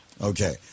Okay